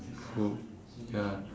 food ya